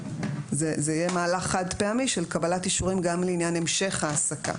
זה יהיה מהלך חד-פעמי של קבלת אישורים גם לעניין המשך העסקה.